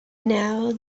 now